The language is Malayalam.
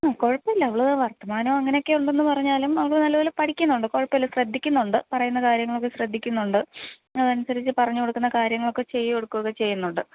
ഉം കുഴപ്പമില്ലവള് വർത്തമാനം അങ്ങനെയൊക്കെ ഉണ്ടെന്ന് പറഞ്ഞാലും അവള് നല്ലപോലെ പഠിക്കുന്നുണ്ട് കുഴപ്പമില്ല ശ്രദ്ധിക്കുന്നുണ്ട് പറയുന്ന കാര്യങ്ങളൊക്കെ ശ്രദ്ധിക്കുന്നുണ്ട് അതനുസരിച്ച് പറഞ്ഞുകൊടുക്കുന്ന കാര്യങ്ങളൊക്കെ ചെയ്യുകയും എടുക്കുകയുമൊക്കെ ചെയ്യുന്നുണ്ട്